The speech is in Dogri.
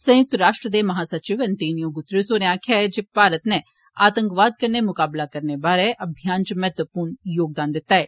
संयुक्त राष्ट्र दे महा सचिव अंतोनियो गुतरेस होरें आक्खेआ ऐ जे मारत नै आतंकवाद कन्नै मुकाबला करने बारै अभियान इच महत्वपूर्ण योगदान दित्ता ऐ